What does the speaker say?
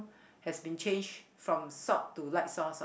has been changed from salt to light sauce what